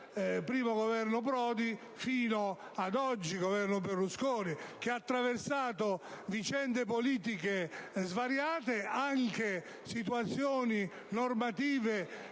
I Governo Prodi, fino ad oggi, IV Governo Berlusconi, e che ha attraversato vicende politiche svariate nonché situazioni normative